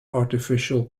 artificial